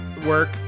work